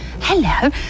Hello